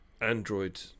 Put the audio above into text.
Android